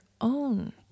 own